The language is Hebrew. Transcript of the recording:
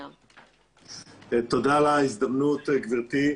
תודה על ההזדמנות, גברתי.